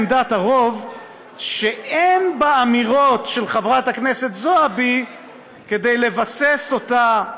עמדת הרוב היא שאין באמירות של חברת הכנסת זועבי כדי לבסס אותה,